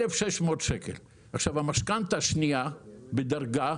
המשכנתא השנייה בדרגה